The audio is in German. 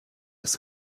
ist